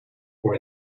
for